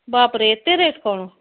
ବାପ୍ରେ ଏତେ ରେଟ୍ କ'ଣ